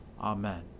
Amen